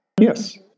Yes